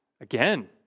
again